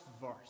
verse